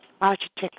architect